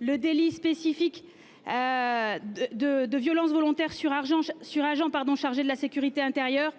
le délit spécifique. De de violences volontaires sur argent sur agent pardon, chargé de la sécurité intérieure